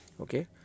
Okay